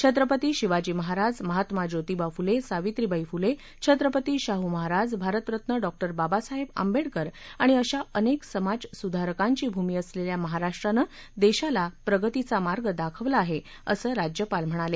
Chhatrapati Shivaji Maharaj Mahatma Jotiba Phule Savitribai Phule Chhatrapati Shahu Maharaj Bharat Ratna doctor Babasaheb Ambedkar आणि अशा अनेक समाजसुधारकांची भूमी असलेल्या महाराष्ट्रानं देशाला प्रगतीचा मार्ग दाखवला आहे असं राज्यपाल म्हणाले